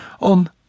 on